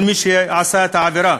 של מי שעשה את העבירה.